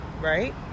right